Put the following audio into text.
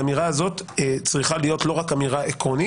לאמירה הזאת צריכה להיות לא רק אמירה עקרונית